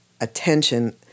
attention